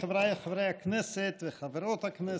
חבריי חברי הכנסת וחברות הכנסת,